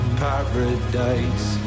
paradise